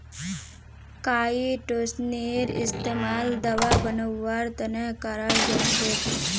काईटोसनेर इस्तमाल दवा बनव्वार त न कराल जा छेक